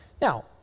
Now